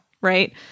right